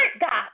God